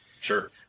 Sure